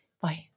Bye